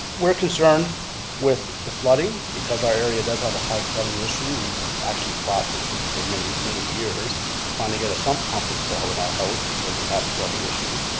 we're concerned with the flooding, because our area does have a high flooding issue. we actually fought for but for many, many years to finally get a sump pump installed in our house because we had flooding issues.